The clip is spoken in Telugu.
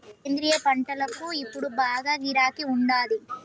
సేంద్రియ పంటలకు ఇప్పుడు బాగా గిరాకీ ఉండాది